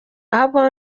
ahubwo